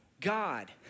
God